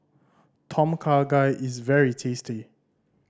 Tom Kha Gai is very tasty